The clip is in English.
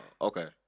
Okay